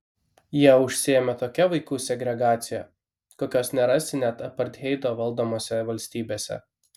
jie užsiėmė tokia vaikų segregacija kokios nerasi net apartheido valdomose valstybėse